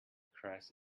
crashed